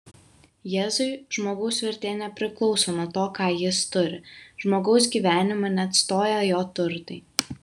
jėzui žmogaus vertė nepriklauso nuo to ką jis turi žmogaus gyvenimą neatstoja jo turtai